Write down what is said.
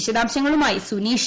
വിശദാംശങ്ങളുമായി സുനീഷ്